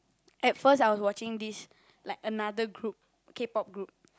at first I was watching this like another group K-pop group